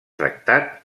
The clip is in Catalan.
tractat